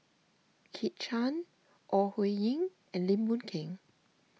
Kit Chan Ore Huiying and Lim Boon Keng